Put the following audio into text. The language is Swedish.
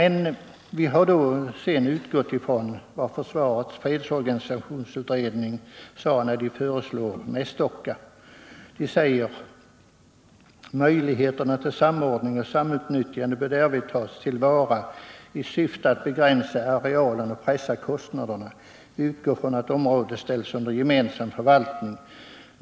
Vi har utgått från vad försvarets fredsorganisationsutredning säger när den föreslår Mästocka, nämligen: ”Möjligheterna till samordning och samutnyttjande bör därvid tas till vara i syfte att begränsa arealen och pressa kostnaderna. Vi utgår från att området ställs under gemensam förvaltning.